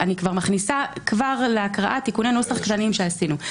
בהקראה אני כבר מכניסה תיקוני נוסח קטנים שעשינו.